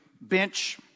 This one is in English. bench